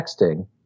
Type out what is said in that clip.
texting